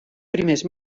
primers